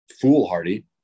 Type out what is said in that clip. foolhardy